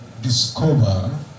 discover